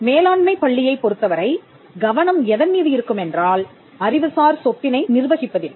மேலாண்மைப் பள்ளியைப் பொறுத்தவரை கவனம் எதன் மீது இருக்குமென்றால் அறிவுசார் சொத்தினை நிர்வகிப்பதில்